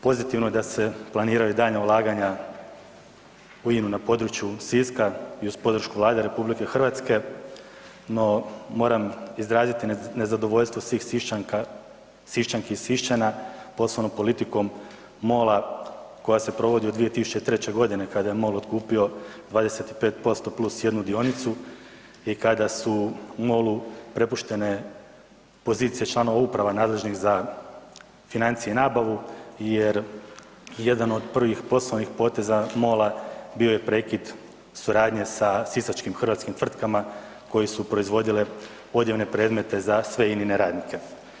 Pozitivno je da se planiraju daljnja ulaganja u INA-u na području Siska i uz podršku Vlade RH, no moram izraziti nezadovoljstvo svih Sišćanka, Sišćanki i Sišćana poslovnom politikom MOL-a koja se provodi od 2003.g. kada je MOL otkupio 25% + 1 dionicu i kada su MOL-u prepuštene pozicije članova uprava nadležnih za financije i nabavu jer jedan od prvih poslovnih poteza MOL-a bio je prekid suradnje sa sisačkim hrvatskim tvrtkama koje su proizvodile odjevne predmete za sve inine radnike.